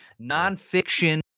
nonfiction